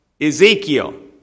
Ezekiel